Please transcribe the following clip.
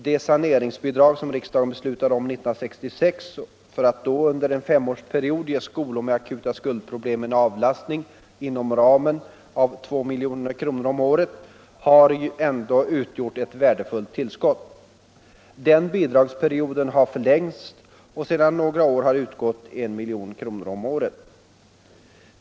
De saneringsbidrag som riksdagen beslutade om 1966 för att under en femårsperiod ge skolor med akuta skuldproblem en avlastning inom ramen av 2 milj.kr. om året har utgjort ett värdefullt tillskott. Den bidragsperioden har förlängts, och sedan några år utgår 1 milj.kr. per år.